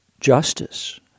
justice